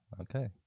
Okay